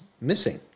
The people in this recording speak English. missing